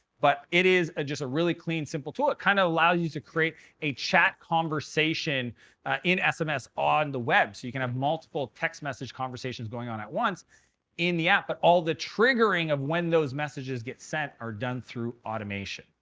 but it is ah just a really clean, simple tool. it kind of allows you to create a chat conversation in sms on the web. so you can have multiple text message conversations going on at once in the app. but all the triggering of when those messages get sent are done through automation.